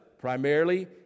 primarily